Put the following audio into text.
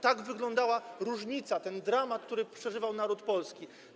Tak wyglądała różnica, ten dramat, który przeżywał naród polski.